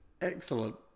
Excellent